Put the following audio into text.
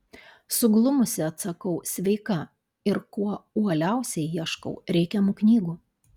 suglumusi atsakau sveika ir kuo uoliausiai ieškau reikiamų knygų